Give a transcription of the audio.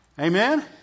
Amen